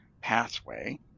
pathway